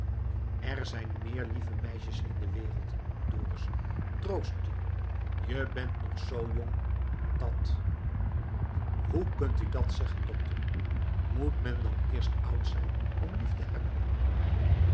er zijn meer lieve meisjes in de wereld dorus troost je je bent nog zoo jong dat hoe kunt u dat zeggen dokter moet men dan eerst oud zijn om lief te hebben